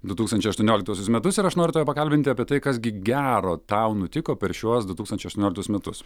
du tūkstančiai aštuonioliktuosius metus ir aš noriu tave pakalbinti apie tai kas gi gero tau nutiko per šiuos du tūkstančiai aštuonioliktus metus